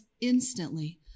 instantly